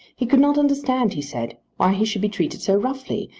he could not understand, he said, why he should be treated so roughly,